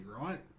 right